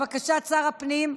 לבקשת שר הפנים,